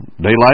daylight